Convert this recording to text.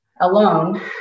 Alone